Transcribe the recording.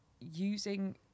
using